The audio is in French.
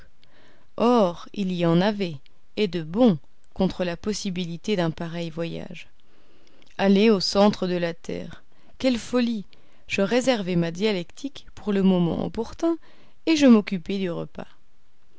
or il y en avait et de bons contre la possibilité d'un pareil voyage aller au centre de la terre quelle folie je réservai ma dialectique pour le moment opportun et je m'occupai du repas